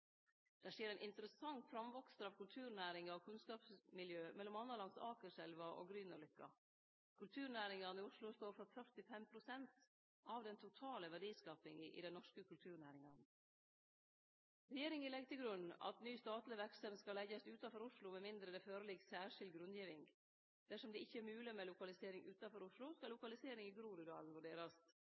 Det skjer ein interessant framvokster av kulturnæringar og kunnskapsmiljø, m.a. langs Akerselva og på Grünerløkka. Kulturnæringane i Oslo står for 45 pst. av den totale verdiskapinga i dei norske kulturnæringane. Regjeringa legg til grunn at ny statleg verksemd skal leggjast utanfor Oslo, med mindre det ligg føre særskild grunngiving. Dersom det ikkje er mogleg med lokalisering utanfor Oslo, skal lokalisering